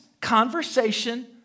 conversation